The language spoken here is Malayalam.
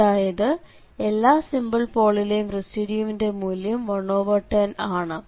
അതായത് എല്ലാ സിംപിൾ പോളിലെയും റെസിഡ്യൂവിന്റെ മൂല്യം 110 ആണ്